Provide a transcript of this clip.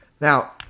Now